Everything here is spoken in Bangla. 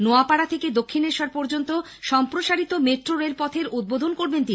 নোয়াপাড়া থেকে দক্ষিণেশ্বর পর্যন্ত সম্প্রসারিত মেট্রোরেল পথের উদ্বোধন করবেন তিনি